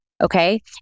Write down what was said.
Okay